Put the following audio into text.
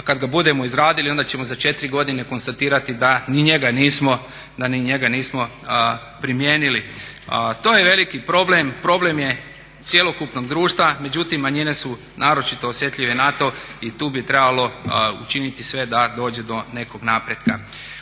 kad ga budemo izradili ona ćemo za 4 godine konstatirati da ni njega nismo primijenili. To je veliki problem, problem je cjelokupnog društva, međutim manjine su naročito osjetljive na to i tu bi trebalo učiniti sve da dođe do nekog napretka.